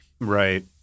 Right